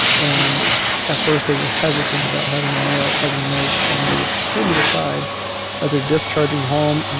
and at first, they were hesitant about having a male as a nurse. and they would pull me aside as they're discharging home, and